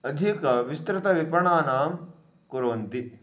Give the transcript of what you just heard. अधिकविस्तृतविपणानां कुर्वन्ति